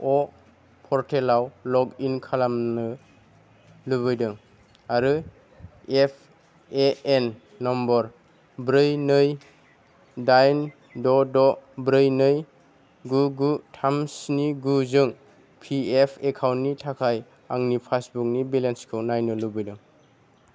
अ पर्टेलाव लग इन खालामनो लुगैदों आरो एफ ए एन नाम्बार ब्रै नै दाइन द'द' ब्रै नै गु गु थाम स्नि गु जों फि एफ एकाउन्टनि थाखाय आंनि पासबुकनि बेलेन्सखौ नायनो लुबैदों